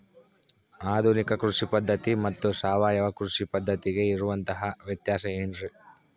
ಆಧುನಿಕ ಕೃಷಿ ಪದ್ಧತಿ ಮತ್ತು ಸಾವಯವ ಕೃಷಿ ಪದ್ಧತಿಗೆ ಇರುವಂತಂಹ ವ್ಯತ್ಯಾಸ ಏನ್ರಿ?